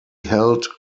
held